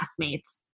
classmates